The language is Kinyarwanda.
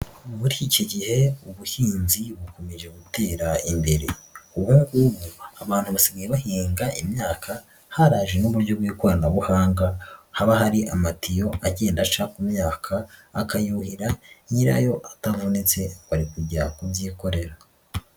Muri iki gihe ubuhinzi bukomeje gutera imbere, ubu ngubu abantu basigaye bahinga imyaka, haraje n'uburyo bw'ikoranabuhanga, haba hari amatiyo agenda aca ku myaka akayuhirira, nyirayo atavunitse ngo ari kujya kubyikorera.